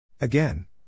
Again